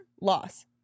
loss